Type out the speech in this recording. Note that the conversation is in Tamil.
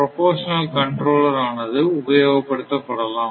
புரோபோர்சனல் கண்ட்ரோலர் ஆனது உபயோகப் படுத்தப் படலாம்